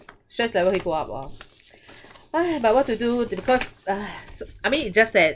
stress level 会 go up lor !hais! but what to do the because !hais! I mean it's just that